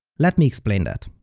let me explain that.